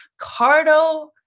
Cardo